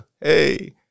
hey